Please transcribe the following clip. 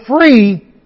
free